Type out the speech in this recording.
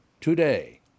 Today